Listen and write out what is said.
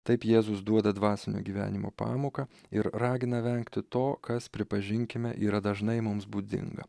taip jėzus duoda dvasinio gyvenimo pamoką ir ragina vengti to kas pripažinkime yra dažnai mums būdinga